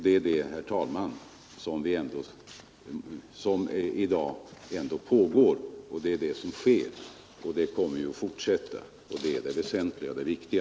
Det är det, herr talman, som i dag pågår, och det kommer att fortsättas. Det är det väsentliga och det viktiga